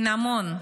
חינמון,